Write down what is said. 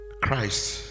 Christ